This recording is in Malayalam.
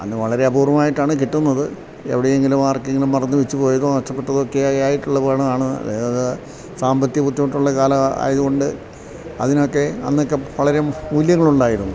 അന്നു വളരെ അപൂർവമായിട്ടാണു കിട്ടുന്നത് എവിടെയെങ്കിലും ആർക്കെങ്കിലും മറന്നുവച്ചുപോയതോ നഷ്ടപ്പെട്ടതൊക്കെ ആയിട്ടുള്ളതാണ് സാമ്പത്തിക ബുദ്ധിമുട്ടുള്ള കാലമായതുകൊണ്ട് അതിനൊക്കെ അന്നൊക്കെ വളരെ മൂല്യങ്ങളുണ്ടായിരുന്നു